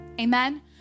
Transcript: Amen